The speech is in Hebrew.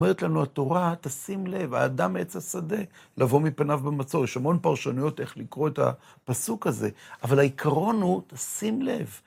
אומרת לנו, התורה, תשים לב, האדם עץ השדה, לבוא מפניו במצור, יש המון פרשנויות איך לקרוא את הפסוק הזה, אבל העקרון הוא, תשים לב.